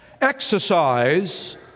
Exercise